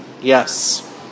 Yes